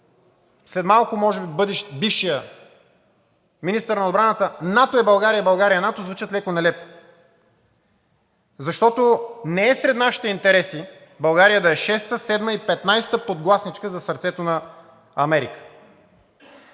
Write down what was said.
след малко може би бъдещ, бившия министър на отбраната: „НАТО е България, България е НАТО“, звучат леко нелепо, защото не е сред нашите интереси България да е шеста, седма и петнадесета подгласничка за сърцето на Америка.